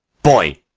boy